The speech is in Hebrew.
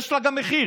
יש לה גם מחיר,